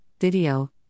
Video